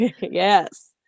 Yes